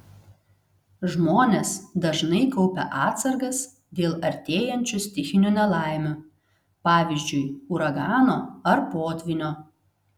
žmonės dažnai kaupia atsargas dėl artėjančių stichinių nelaimių pavyzdžiui uragano ar potvynio